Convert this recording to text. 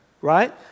right